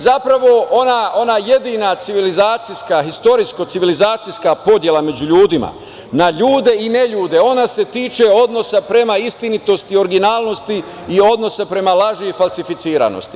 Zapravo, ona jedina istorijsko-civilizacijska podela među ljudima na ljude i neljude ona se tiče odnosa prema istinitosti i originalnosti i odnosa prema laži i falsifikovanosti.